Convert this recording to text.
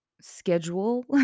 schedule